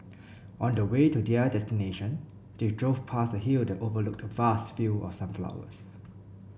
on the way to their destination they drove past a hill that overlooked vast fields of sunflowers